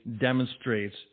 demonstrates